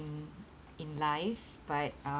in in life but